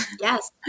Yes